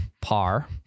Par